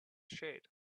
shade